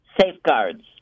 safeguards